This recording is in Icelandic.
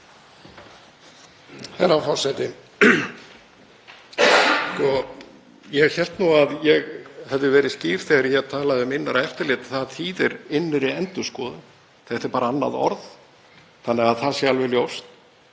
Herra forseti. Ég hélt nú að ég hefði verið skýr þegar ég talaði um innra eftirlit. Það þýðir innri endurskoðun, þetta er bara annað orð, svo það sé alveg ljóst.